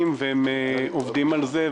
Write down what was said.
הם מודעים גם ללוח הזמנים והם עובדים על זה.